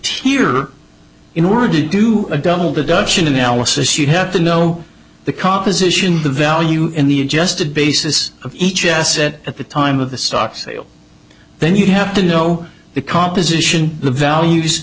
here in order to do a double deduction analysis you'd have to know the composition the value in the adjusted basis of each asset at the time of the stock sale then you have to know the composition the values